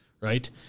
right